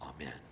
Amen